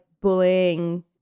bullying